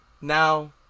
Now